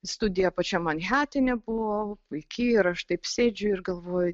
studija pačiam manhetene buvo puiki ir aš taip sėdžiu ir galvoju